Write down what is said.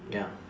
ya